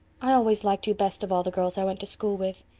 i always liked you best of all the girls i went to school with.